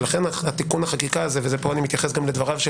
ולכן תיקון החקיקה הזה ופה אני מתייחס גם לדבריו של